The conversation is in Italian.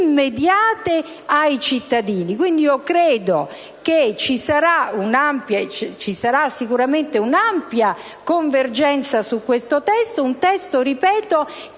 immediate ai cittadini. Quindi, ci sarà sicuramente un'ampia convergenza su questo testo che - lo ripeto